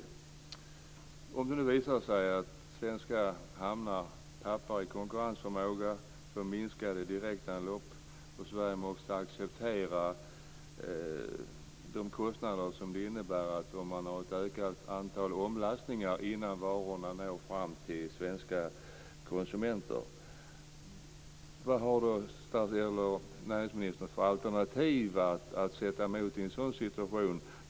Anta att det visar sig att svenska hamnar tappar i konkurrensförmåga, att det blir ett minskat antal direktanlopp och att Sverige måste acceptera de kostnader som ett ökat antal omlastningar innan varorna når fram till svenska konsumenter innebär. Vad har näringsministern för alternativ att sätta emot i en sådan situation?